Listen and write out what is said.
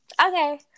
Okay